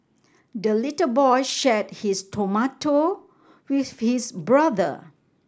the little boy shared his tomato with his brother